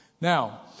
Now